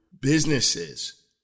businesses